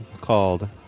called